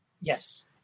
Yes